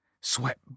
sweat